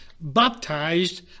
baptized